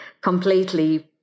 completely